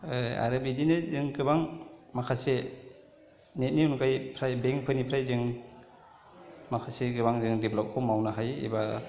आरो बिदिनो जों गोबां माखासे नेटनि अनगायै फ्राय बेंकफोरनिफ्राय माखासे गोबां जों डेभेलपखौ मावनो हायो एबा